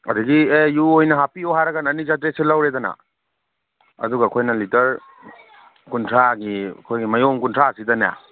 ꯑꯗꯒꯤ ꯑꯦ ꯌꯨ ꯑꯣꯏꯅ ꯍꯥꯞꯄꯤꯌꯣ ꯍꯥꯏꯔꯒꯅ ꯑꯅꯤ ꯆꯥꯇ꯭ꯔꯦꯠꯁꯦ ꯂꯧꯔꯦꯗꯅ ꯑꯗꯨꯒ ꯑꯩꯈꯣꯏꯅ ꯂꯤꯇꯔ ꯀꯨꯟꯊ꯭ꯔꯥꯒꯤ ꯑꯩꯈꯣꯏꯅ ꯃꯌꯣꯝ ꯀꯨꯟꯊ꯭ꯔꯥꯁꯤꯗꯅꯦ